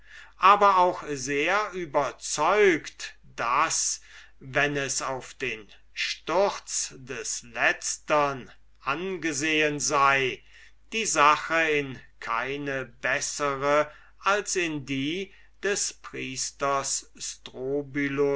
aber auch sehr überzeugt daß wenn es auf den sturz des letztern angesehen sei die sache in keine bessere als in des priesters